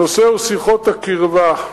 הנושא הוא שיחות הקרבה.